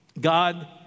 God